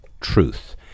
truth